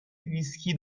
ویسکی